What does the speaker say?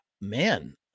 man